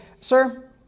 Sir